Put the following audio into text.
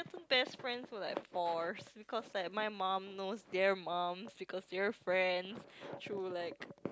best friends were like forced because like my mum knows their mum because their friends through like